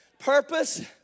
Purpose